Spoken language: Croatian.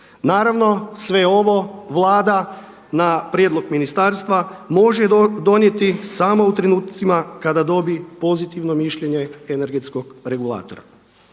Naravno sve ovo Vlada na prijedlog ministarstva može donijeti samo u trenutcima kada dobi pozitivno mišljenje energetskog regulatora.